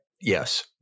yes